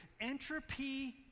Entropy